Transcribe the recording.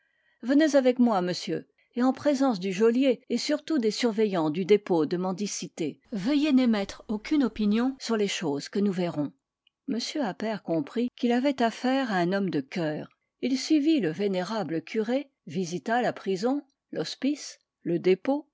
venez avec moi monsieur et en présence du geôlier et surtout des surveillants du dépôt de mendicité veuillez n'émettre aucune opinion sur les choses que nous verrons m appert comprit qu'il avait affaire à un homme de coeur il suivit le vénérable curé visita la prison l'hospice le dépôt